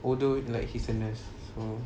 although like he's a nurse so